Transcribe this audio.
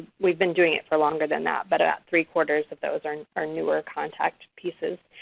we've been doing it for longer than that but about three quarters of those are and are newer contact pieces.